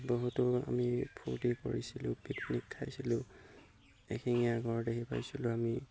বহুতো আমি ফূৰ্তি কৰিছিলোঁ পিকনিক খাইছিলোঁ এশিঙীয়া গঁড় দেখি পাইছিলোঁ আমি